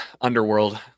underworld